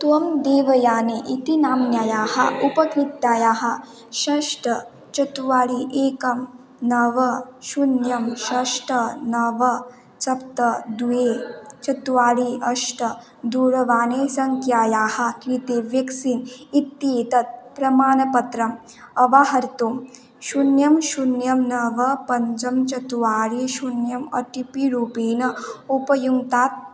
त्वं देवयानी इति नामन्याः उपकृतायाः षट् चत्वारि एकं नव शून्यं षट् नव सप्त द्वे चत्वारि अष्ट दूरवाणीसङ्ख्यायाः कृते वेक्सिन् इत्येतत् प्रमाणपत्रम् अवाहर्तुं शून्यं शून्यं नव पञ्च चत्वारि शून्यम् ओ ति पि रूपेण उपयुङ्क्तात्